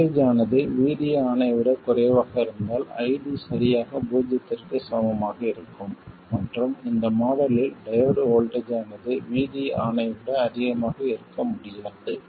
voltage ஆனது VD ON ஐ விட குறைவாக இருந்தால் ID சரியாக பூஜ்ஜியத்திற்கு சமமாக இருக்கும் மற்றும் இந்த மாடலில் டையோடு வோல்ட்டேஜ் ஆனது VD ON ஐ விட அதிகமாக இருக்க முடியாது